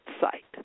site